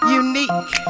unique